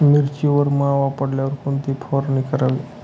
मिरचीवर मावा पडल्यावर कोणती फवारणी करावी?